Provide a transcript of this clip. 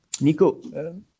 Nico